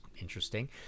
Interesting